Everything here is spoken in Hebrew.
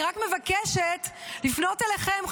אני רק מבקשת לפנות אליכם,